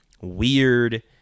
weird